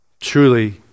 Truly